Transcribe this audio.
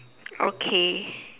okay